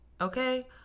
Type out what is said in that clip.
Okay